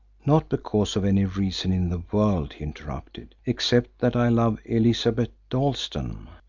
not because of any reason in the world, he interrupted, except that i love elizabeth dalstan.